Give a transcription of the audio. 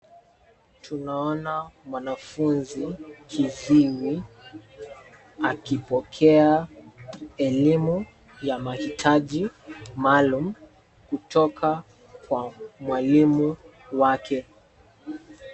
Tunaona mwanafunzi kiziwi akipokea elimu ya mahitaji maalum kutoka kwa mwalimu wake.